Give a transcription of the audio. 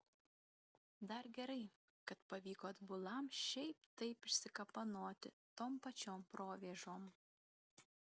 dar gerai kad pavyko atbulam šiaip taip išsikapanoti tom pačiom provėžom